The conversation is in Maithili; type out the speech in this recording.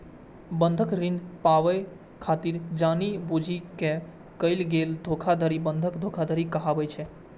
बंधक ऋण पाबै खातिर जानि बूझि कें कैल गेल धोखाधड़ी बंधक धोखाधड़ी कहाबै छै